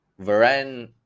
Varane